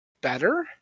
better